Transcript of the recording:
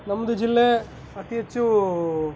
ನಮ್ಮದು ಜಿಲ್ಲೆ ಅತಿ ಹೆಚ್ಚು